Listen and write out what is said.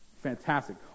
fantastic